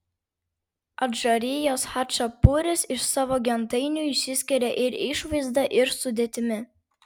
adžarijos chačapuris iš savo gentainių išsiskiria ir išvaizda ir sudėtimi